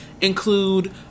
include